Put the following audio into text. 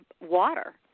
water